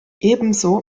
ebenso